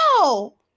No